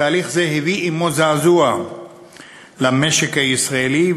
תהליך זה הביא עמו זעזוע למשק הישראלי,